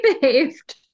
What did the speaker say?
behaved